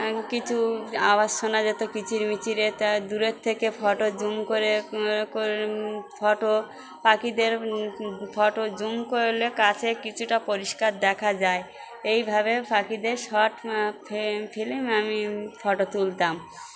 কিছু আওয়াজ শোনা যেত কিচিরমিচিরে তা দূরের থেকে ফটো জুম করে ফটো পাখিদের ফটো জুম করলে কাছে কিছুটা পরিষ্কার দেখা যায় এইভাবে পাখিদের শর্ট ফিলমে আমি ফটো তুলতাম